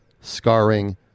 scarring